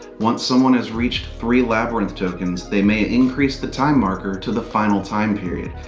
once someone has reached three labyrinth tokens, they may increase the time marker to the final time period.